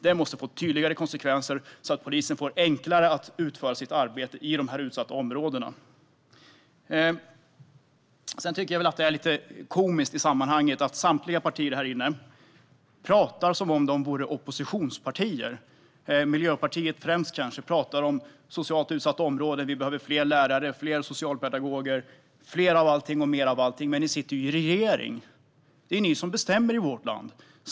Det måste få tydligare konsekvenser, så att polisen får det enklare att utföra sitt arbete i de utsatta områdena. Sedan tycker jag att det är lite komiskt i sammanhanget att samtliga partier här inne pratar som om de vore oppositionspartier. Kanske främst Miljöpartiet pratar om socialt utsatta områden och om att vi behöver fler lärare, fler socialpedagoger, fler av allting och mer av allting. Men ni sitter i regering. Det är ni som bestämmer i vårt land.